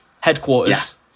headquarters